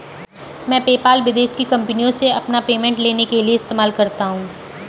मैं पेपाल विदेश की कंपनीयों से अपना पेमेंट लेने के लिए इस्तेमाल करता हूँ